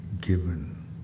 given